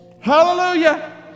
Hallelujah